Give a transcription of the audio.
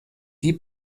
die